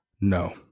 No